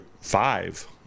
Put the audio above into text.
five